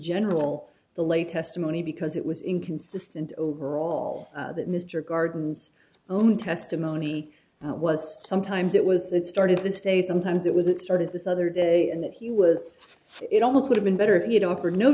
general the latest money because it was inconsistent overall that mr garden's own testimony was sometimes it was that started the state sometimes it was it started this other day and that he was it almost would have been better if you don't for no